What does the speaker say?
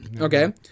Okay